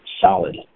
solid